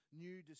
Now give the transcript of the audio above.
new